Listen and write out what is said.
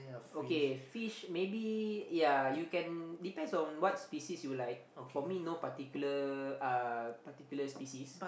okay fish maybe ya you can depends on what species you like for me no particular uh particular species